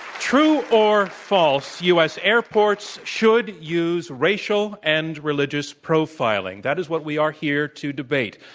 true or false, u. s. airports should use racial and religious profiling. that is what we are here to debate.